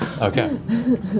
Okay